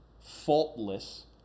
faultless